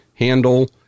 handle